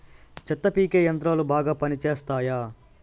చెత్త పీకే యంత్రాలు బాగా పనిచేస్తాయా?